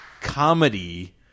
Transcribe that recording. comedy